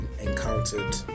encountered